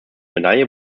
medaille